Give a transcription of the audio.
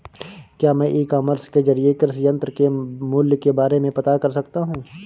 क्या मैं e commerce के ज़रिए कृषि यंत्र के मूल्य के बारे में पता कर सकता हूँ?